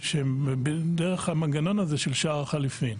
שהם דרך המנגנון הזה של שער החליפין.